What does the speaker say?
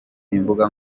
imbuga